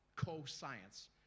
co-science